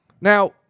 Now